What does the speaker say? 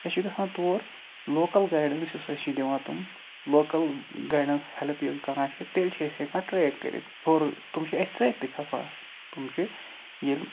أسۍ چھِ گَژھان تور لوکَل گایڈٮ۪نٕس یوٚس أسۍ چھِ دِوان تِم لوکَل گایڈٮ۪نٕس ہیٚلپ ییٚلہِ کران چھِ تیٚلہِ چھِ أسۍ ہٮ۪کان ٹرٛیک کٔرِتھ ہیورٕ تِم چھِ اَسہِ سۭتۍ تہِ کھَسان تِم چھِ ییٚلہِ